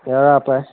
এৰা পায়